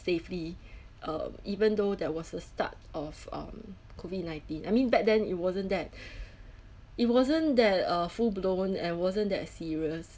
safely um even though that was a start of um COVID-nineteen I mean back then it wasn't that it wasn't that uh full-blown and wasn't that serious